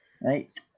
right